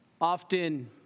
Often